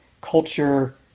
culture